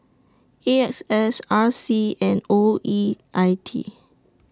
A X S R C and O E I T